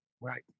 Right